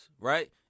right